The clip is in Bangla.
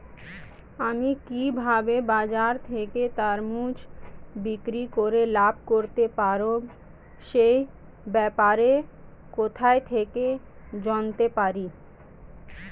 আমি কিভাবে বাজার থেকে তরমুজ বিক্রি করে লাভ করতে পারব সে ব্যাপারে কোথা থেকে জানতে পারি?